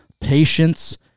patience